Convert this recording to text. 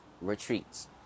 retreats